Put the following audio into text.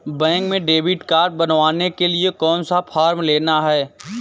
Bank में debit card बनवाने के लिए कौन सा फॉर्म लेना है?